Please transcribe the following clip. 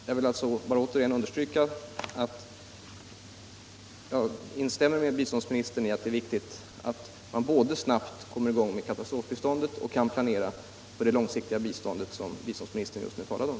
Jag vill återigen understryka att jag instämmer med biståndsministern i att det är viktigt både att snabbt komma i gång med katastrofbistånd och att planera för det långsiktiga bistånd som statsrådet talade om.